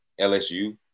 LSU